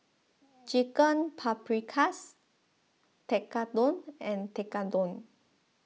Chicken Paprikas Tekkadon and Tekkadon